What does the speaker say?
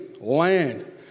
land